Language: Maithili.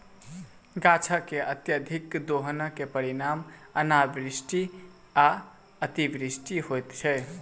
गाछकअत्यधिक दोहनक परिणाम अनावृष्टि आ अतिवृष्टि होइत छै